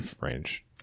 range